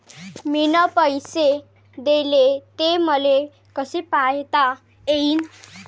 मिन पैसे देले, ते मले कसे पायता येईन?